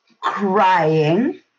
crying